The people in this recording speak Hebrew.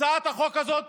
הצעת החוק הזאת